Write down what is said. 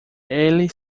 ele